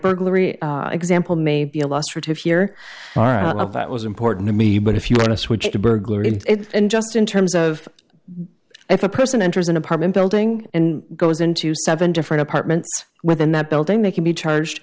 burglary example may be a loss for tips here are out of that was important to me but if you want to switch to burglary and just in terms of if a person enters an apartment building and goes into seven different apartments within that building they can be charged